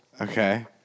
Okay